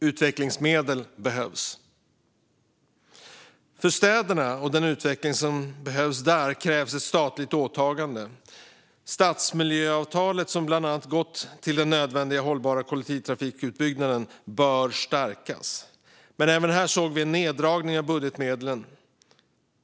Utvecklingsmedel behövs. För städerna och den utveckling som behövs där krävs ett statligt åtagande. Stadmiljöavtalet, som bland annat har gått till den nödvändiga hållbara kollektivtrafikutbyggnaden, bör stärkas. Men även här har vi sett en neddragning av budgetmedlen.